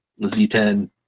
Z10